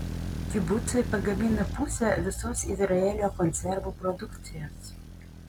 kibucai pagamina pusę visos izraelio konservų produkcijos